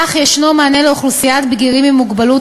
כך יש מענה לאוכלוסיית בגירים עם מוגבלות,